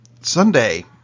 Sunday